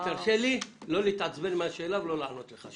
דב, תרשה לי לא להתעצבן מהשאלה ולא לענות לך.